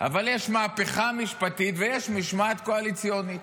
אבל יש מהפכה משפטית ויש משמעת קואליציונית.